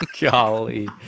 Golly